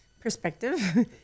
perspective